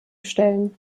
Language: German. stellen